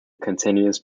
continuous